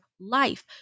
life